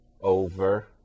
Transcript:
over